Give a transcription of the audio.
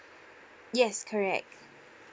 yes correct